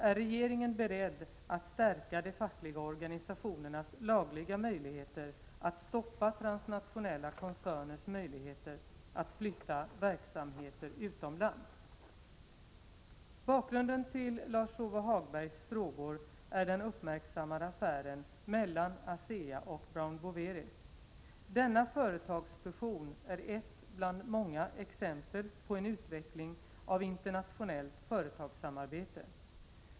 Är regeringen beredd att stärka de fackliga organisationernas lagliga möjligheter att stoppa transnationella koncerners möjligheter att flytta verksamheter utomlands? Bakgrunden till Lars-Ove Hagbergs frågor är den uppmärksammade affären mellan ASEA och Brown Boveri . Denna företagsfusion är ett bland många exempel på en utveckling av internationellt företagssamarbete.